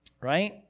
right